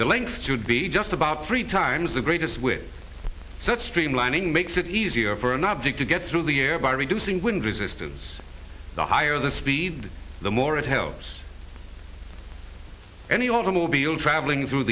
the length should be just about three times the greatest with that streamlining makes it easier for an object to get through the air by reducing wind resistance the higher the speed the more it helps any automobile travelling through